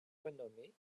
renommés